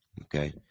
okay